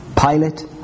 Pilate